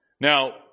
Now